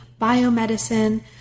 biomedicine